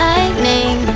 Lightning